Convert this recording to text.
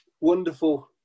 wonderful